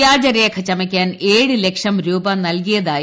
വ്യാജരേഖ ചമയ്ക്കാൻ ഏഴുലക്ഷം രൂപ നൽകിയതായി